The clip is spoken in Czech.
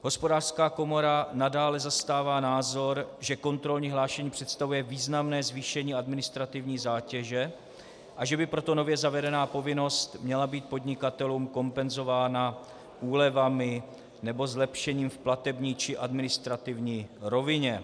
Hospodářská komora nadále zastává názor, že kontrolní hlášení představuje významné zvýšení administrativní zátěže, a že by proto nově zavedená povinnost měla být podnikatelům kompenzována úlevami nebo zlepšením v platební či administrativní rovině.